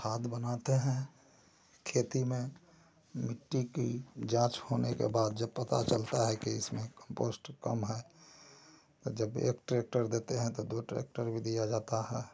खाद बनाते हैं खेती में मिट्टी की जाँच होने के बाद जब पता चलता है कि इसमें कम्पोस्ट कम है तो जब एक ट्रैक्टर देते हैं तो दो ट्रैक्टर भी दिया जाता है